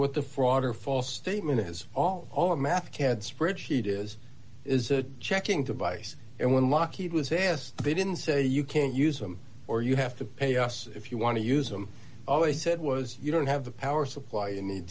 what the fraud or false statement is all all of mathcad spreadsheet is is a checking device and when lockheed was asked they didn't say you can't use them or you have to pay us if you want to use them always said was you don't have the power supply you need